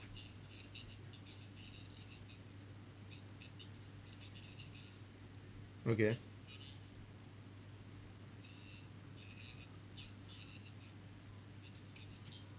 okay